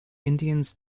indians